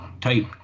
type